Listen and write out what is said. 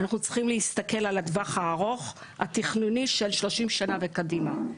אנחנו צריכים להסתכל על הטווח הארוך התכנוני של 30 שנה וקדימה.